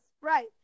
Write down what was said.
Right